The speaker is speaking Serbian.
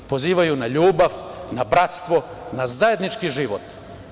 Pozivaju na ljubav, na bratstvo, na zajednički život.